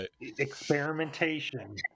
Experimentation